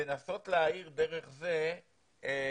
לנסות להאיר דרך זה נושאים